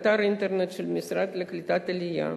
אתר האינטרנט של המשרד לקליטת העלייה,